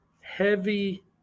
heavy